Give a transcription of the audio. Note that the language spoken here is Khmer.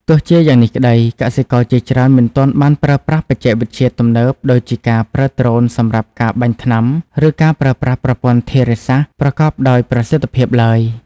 ទោះជាយ៉ាងនេះក្តី កសិករជាច្រើនមិនទាន់បានប្រើប្រាស់បច្ចេកវិទ្យាទំនើបដូចជាការប្រើដ្រូនសម្រាប់ការបាញ់ថ្នាំឬការប្រើប្រាស់ប្រព័ន្ធធារាសាស្ត្រប្រកបដោយប្រសិទ្ធភាពឡើយ។